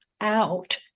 out